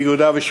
וכל אחד או אחת,